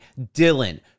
Dylan